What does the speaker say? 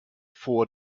vor